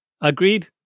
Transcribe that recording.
Agreed